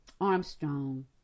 Armstrong